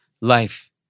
life